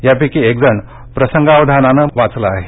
यापैकी एकजण प्रसंगावधानाने वाचला आहे